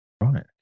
Right